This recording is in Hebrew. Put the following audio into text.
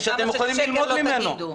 כמה שזה שקר לא תגידו.